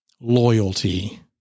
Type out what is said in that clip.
loyalty